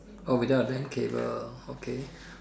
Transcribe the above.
oh without land cable okay